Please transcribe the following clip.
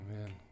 Amen